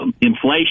inflation